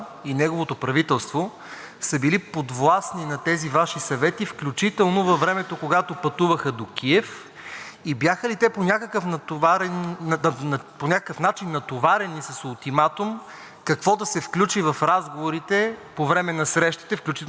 И бяха ли те по някакъв начин натоварени с ултиматум какво да се включи в разговорите по време на срещите, включително с президента Зеленски, които се проведоха в Киев? Като цяло тези Ваши съвети отразиха ли се по някакъв